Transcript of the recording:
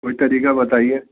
الٹا بتائیے